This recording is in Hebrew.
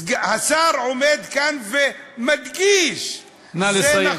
השר עומד כאן ומדגיש: נא לסיים.